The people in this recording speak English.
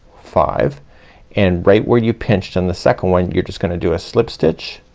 five and right where you pinched in the second one, you're just gonna do a slip stitch,